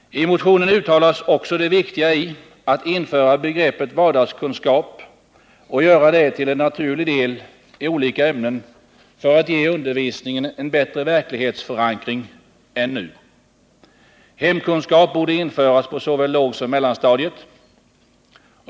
I motionen uttalades också det viktiga i att införa begreppet vardagskunskap och göra detta till en naturlig del i olika ämnen, för att ge undervisningen en bättre verklighetsförankring än nu. Hemkunskap borde införas på såväl lågsom mellanstadiet.